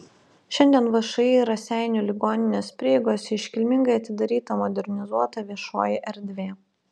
šiandien všį raseinių ligoninės prieigose iškilmingai atidaryta modernizuota viešoji erdvė